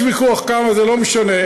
יש ויכוח כמה, זה לא משנה.